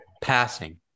Passing